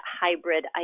hybrid